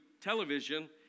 television